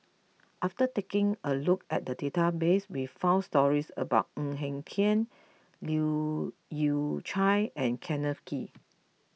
after taking a look at the database we found stories about Ng Eng Hen Leu Yew Chye and Kenneth Kee